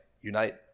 unite